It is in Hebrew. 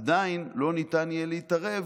עדיין לא ניתן יהיה להתערב,